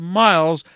miles